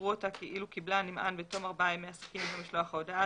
יראו אותה כאילו קיבלה הנמען בתום ארבעה ימי עסקים מיום משלוח ההודעה,